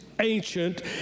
ancient